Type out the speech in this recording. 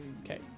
Okay